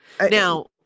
Now